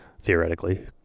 theoretically